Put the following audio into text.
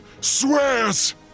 swears